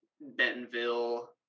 Bentonville